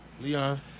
Leon